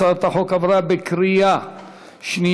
הצעת החוק עברה בקריאה שנייה.